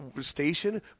station